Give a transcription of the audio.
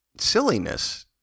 silliness